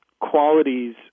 qualities